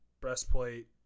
Breastplate